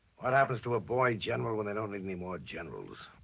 what happens to a boy general. when they don't need anymore generals?